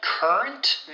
Current